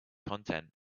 content